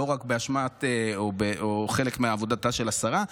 לא רק באשמת או חלק מעבודתה של השרה,